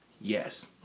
Yes